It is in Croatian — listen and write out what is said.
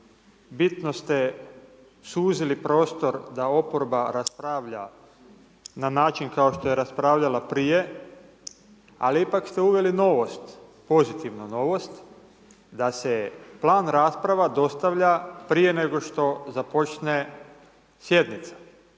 bitno ste suzili prostor da oporba raspravlja na način kao što je raspravljala prije. Ali ipak ste uveli novost, pozitivno novost, da se plan rasprava dostavlja prije nego što započne sjednica.